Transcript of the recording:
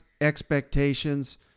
expectations